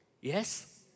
Yes